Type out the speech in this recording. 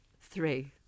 Three